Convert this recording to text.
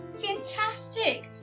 Fantastic